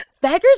Beggars